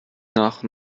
nach